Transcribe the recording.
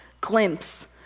glimpse